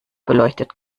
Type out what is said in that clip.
beleuchtet